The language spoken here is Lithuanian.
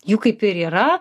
juk kaip ir yra